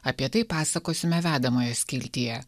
apie tai pasakosime vedamojo skiltyje